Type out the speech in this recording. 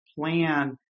plan